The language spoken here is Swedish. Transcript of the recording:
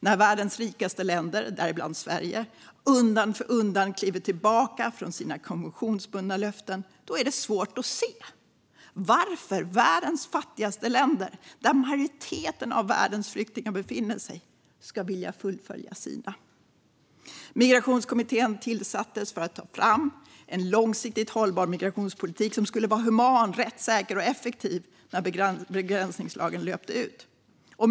När världens rikaste länder, däribland Sverige, undan för undan kliver tillbaka från sina konventionsbundna löften är det svårt att se varför väldens fattigaste länder - där majoriteten av världens flyktingar befinner sig - ska vilja fullfölja sina. Migrationskommittén tillsattes för att ta fram en långsiktigt hållbar migrationspolitik som skulle vara human, rättssäker och effektiv när begränsningslagen löper ut.